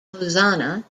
hosanna